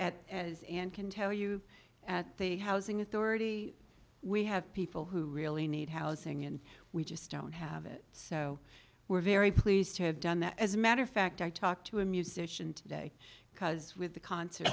at as and can tell you at the housing authority we have people who really need housing and we just don't have it so we're very pleased to have done that as a matter of fact i talked to a musician today because with the concert